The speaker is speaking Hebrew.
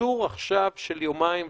קיצור עכשיו של יומיים,